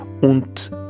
und